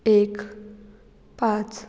एक पांच